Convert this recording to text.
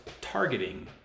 targeting